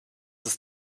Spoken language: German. ist